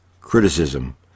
criticism